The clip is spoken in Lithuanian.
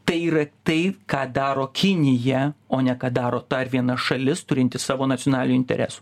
tai yra tai ką daro kinija o ne ką daro dar viena šalis turinti savo nacionalinių interesų